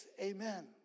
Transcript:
amen